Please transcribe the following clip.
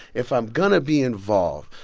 if i'm going to be involved,